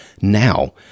Now